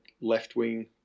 left-wing